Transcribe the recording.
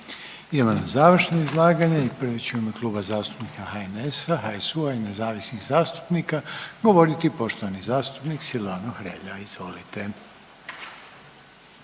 Idemo na završno izlaganje i prvi će u ime Kluba zastupnika HNS-a, HSU-a i nezavisnih zastupnika govoriti poštovani zastupnik Silvano Hrelja, izvolite.